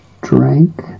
drank